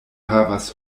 havas